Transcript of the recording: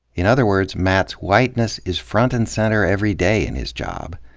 in other words, matt's whiteness is front and center every day in his job,